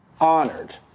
honored